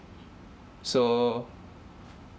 so